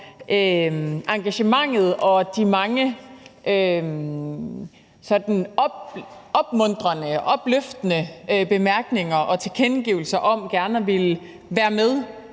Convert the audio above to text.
engagementet og de mange opmuntrende og opløftende bemærkninger og tilkendegivelser om gerne at ville være med